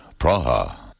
Praha